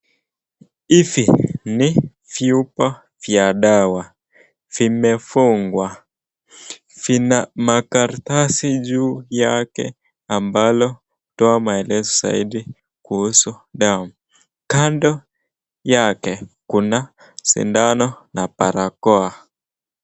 Hivi ni vyupa vya dawa, vimefungwa. Vina makaratasi juu yake ambalo inatoa maelezo zaidi kuhusu dawa. Kando yake kuna sindano na barakoa.